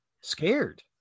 scared